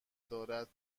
دارد